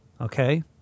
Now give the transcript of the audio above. Okay